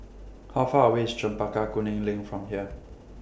How Far away IS Chempaka Kuning LINK from here